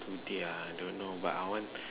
today ah I don't know but I want